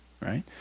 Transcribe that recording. Right